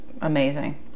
amazing